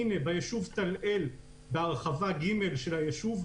ביישוב טל-אל בהרחבה ג' של הישוב,